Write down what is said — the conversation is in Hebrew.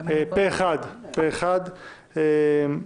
אין נמנעים,